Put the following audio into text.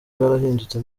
bwarahindutse